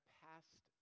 past